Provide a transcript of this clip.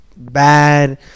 Bad